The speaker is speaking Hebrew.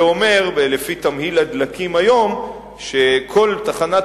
לפי תמהיל הדלקים היום זה אומר שכל תחנת